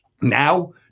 Now